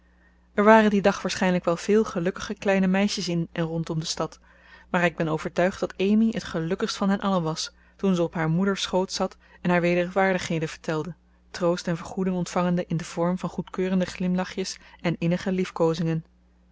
er waren dien dag waarschijnlijk wel veel gelukkige kleine meisjes in en rondom de stad maar ik ben overtuigd dat amy het gelukkigst van hen allen was toen ze op haar moeders schoot zat en haar wederwaardigheden vertelde troost en vergoeding ontvangende in den vorm van goedkeurende glimlachjes en innige liefkoozingen